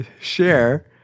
share